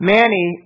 Manny